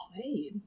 played